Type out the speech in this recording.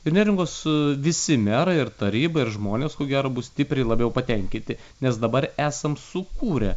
ir neringos visi merai ir taryba ir žmonės ko gero bus stipriai labiau patenkinti nes dabar esam sukūrę